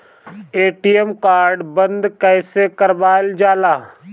ATM card बन्द कईसे करावल जाला?